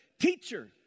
teacher